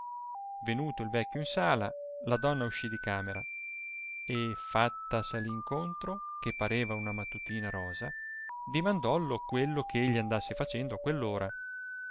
venuto il vecchio in sala la donna uscì di camera e fattaseli incontro che pareva una mattutina rosa dimandollo quello ch'egli andasse facendo a quell'ora